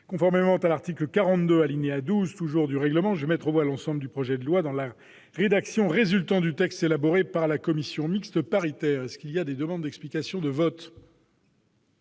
Conformément à l'article 42, alinéa 12, du règlement, je vais mettre aux voix l'ensemble du projet de loi dans la rédaction résultant du texte élaboré par la commission mixte paritaire. Personne ne demande la parole ?